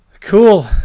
cool